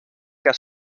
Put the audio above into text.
que